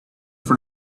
from